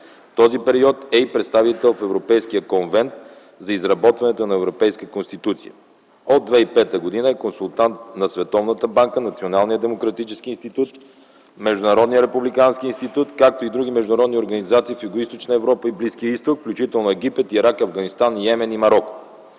този период е и представител в Европейския конвент за изработването на Европейска конституция. От 2005 г. е консултант на Световната банка, Националния демократически институт, Международния републикански институт, както и други международни организации в Югоизточна Европа и близкия изток, включително Египет, Ирак, Афганистан, Йемен и Мароко.